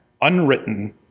unwritten